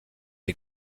les